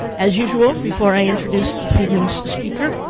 as usual, before i introduce this evening's speaker,